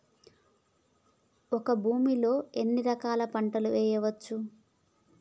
ఒక భూమి లో ఎన్ని రకాల పంటలు వేయచ్చు?